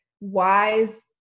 wise